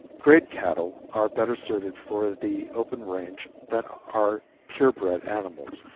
grade cattle are better suited for the open range than are pure bred animals,